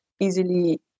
easily